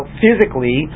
physically